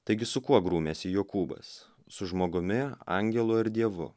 taigi su kuo grūmėsi jokūbas su žmogumi angelu ir dievu